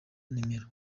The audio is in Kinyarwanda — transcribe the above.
numero